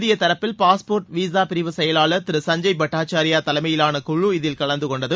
இந்திய தூப்பில் passport visa பிரிவு செயலாளர் திரு சஞ்சய் பட்டாச்சாரியா தலைமையிலான குழு இதில் கலந்து கொண்டது